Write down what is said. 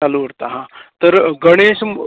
चालू उरता हा तर गणेश